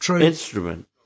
instrument